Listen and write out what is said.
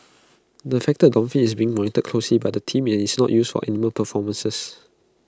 the affected dolphin is being monitored closely by the team and is not used for animal performances